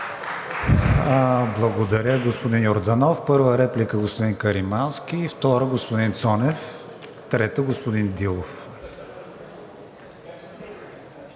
Благодаря, господин Йорданов. Първа реплика господин Каримански, втора господин Цонев, трета господин Дилов.